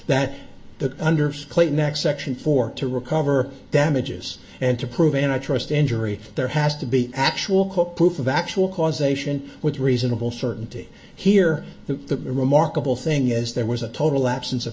that the underskirt next section four to recover damages and to prove in a trust injury there has to be actual cooked proof of actual causation with reasonable certainty here the remarkable thing is there was a total absence of